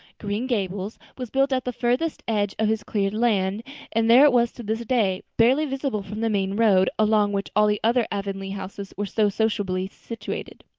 green gables was built at the furthest edge of his cleared land and there it was to this day, barely visible from the main road along which all the other avonlea houses were so sociably situated.